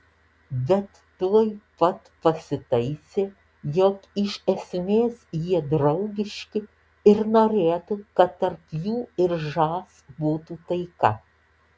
bet tuoj pat pasitaisė jog iš esmės jie draugiški ir norėtų kad tarp jų ir žas būtų taika